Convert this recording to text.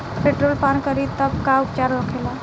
Petrol पान करी तब का उपचार होखेला?